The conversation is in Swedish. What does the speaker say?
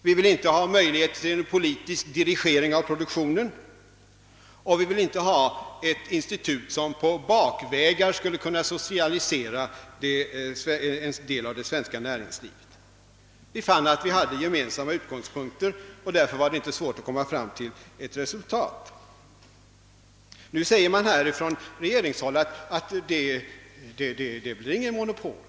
Det bör inte finnas möjlighet till politisk dirigering av produktionen, och vi vill inte ha ett institut som bakvägar skulle kunna socialisera en del av det svenska näringslivet. Vi fann att vi hade gemensamma utgångspunkter och därför var det inte svårt att komma fram till ett resultat. Nu säger regeringen att det inte blir något monopol.